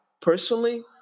personally